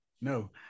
No